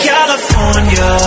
California